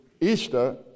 Easter